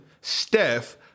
Steph